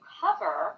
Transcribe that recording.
cover